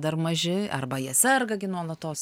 dar maži arba jie serga gi nuolatos